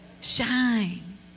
Shine